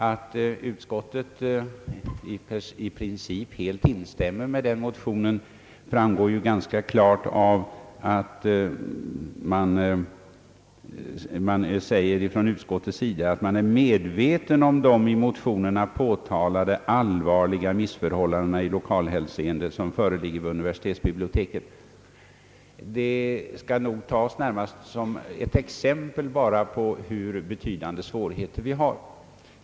Att utskottet i princip helt instämmer med den motionen framgår ganska klart av att utskottet säger, att man är medveten om de i motionerna påtalade allvarliga missförhållandena i lokalhänseende som föreligger vid universitetsbibliotek. Det skall nog närmast tas som bara ett exempel på vilka betydande svårigheter vi har.